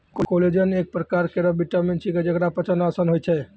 collagen एक परकार केरो विटामिन छिकै, जेकरा पचाना आसान होय छै